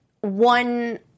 one